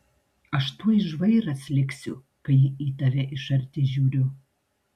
aš tuoj žvairas liksiu kai į tave iš arti žiūriu